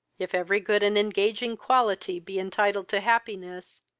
if every good and engaging quality be entitled to happiness,